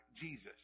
Jesus